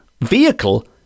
vehicle